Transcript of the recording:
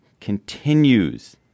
continues